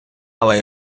але